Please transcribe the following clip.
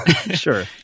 sure